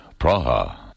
Praha